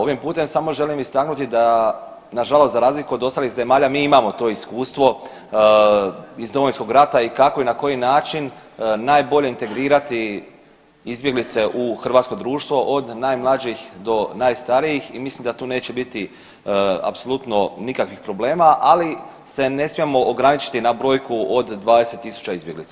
Ovim putem samo želim istaknuti da nažalost od ostalih zemalja mi imamo to iskustvo iz Domovinskog rata i kako i na koji način najbolje integrirati izbjeglice u hrvatsko društvo od najmlađih do najstarijih i mislim da tu neće biti apsolutno nikakvih problema, ali se ne smijemo ograničiti na brojku od 20 tisuća izbjeglica.